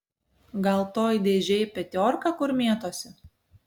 gal toj dėžėj petiorka kur mėtosi